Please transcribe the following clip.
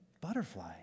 butterfly